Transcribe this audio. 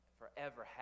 forever